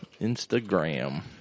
Instagram